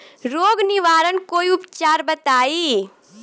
रोग निवारन कोई उपचार बताई?